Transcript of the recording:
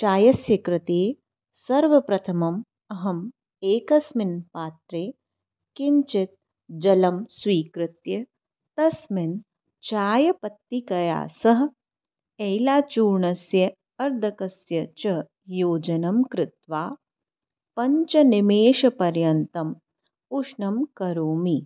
चायस्य कृते सर्वप्रथमम् अहम् एकस्मिन् पात्रे किञ्चित् जलं स्वीकृत्य तस्मिन् चायपत्तिकया सह एलाचूर्णस्य आर्द्रकस्य च योजनं कृत्वा पञ्चनिमेषपर्यन्तम् उष्णं करोमि